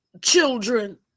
children